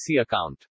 account